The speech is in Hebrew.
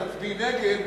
את תצביעי נגד,